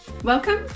Welcome